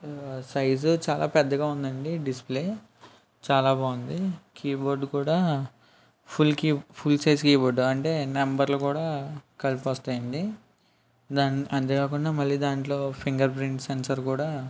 size చాలా పెద్దగా ఉందండి డిస్ప్లే చాలా బాగుంది కీబోర్డ్ కూడా full key full size keyboard అంటే నంబర్లు కూడా కలిపి వస్తాయండి దా అంతే కాకుండా మళ్ళీ దాంట్లో ఫింగర్ ప్రింట్ సెన్సార్ కూడా